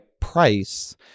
price